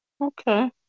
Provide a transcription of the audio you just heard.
Okay